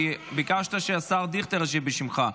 כי ביקשת שהשר דיכטר ישיב בשמך.